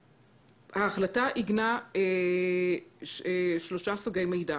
ההחלטה עיגנה שלושה סוגי מידע: